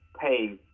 pay